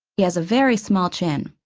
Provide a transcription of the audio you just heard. he has a very small chin.